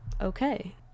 okay